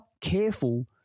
careful